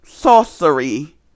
Sorcery